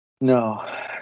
No